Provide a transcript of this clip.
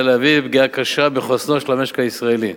להביא לפגיעה קשה בחוסנו של המשק הישראלי.